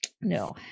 No